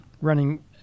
running